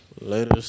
Later